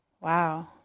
wow